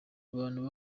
abantu